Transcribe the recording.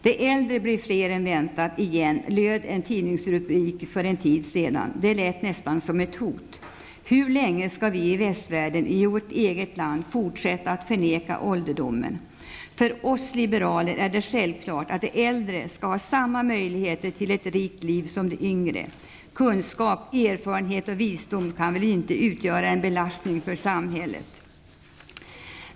För en tid sedan stod det i en tidningsrubrik att de äldre blir fler än väntat -- igen! Det lät nästan som ett hot. Hur länge skall vi i västvärlden och i vårt eget land fortsätta med att förneka ålderdomen? För oss liberaler är det självklart att de äldre skall ha samma möjligheter till ett rikt liv som de yngre. Kunskap, erfarenhet och visdom kan väl inte utgöra en belastning för samhället?